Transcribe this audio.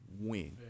win